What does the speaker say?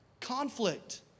conflict